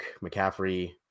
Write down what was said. McCaffrey